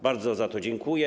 Bardzo za to dziękuję.